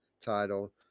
title